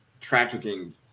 trafficking